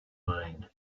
mine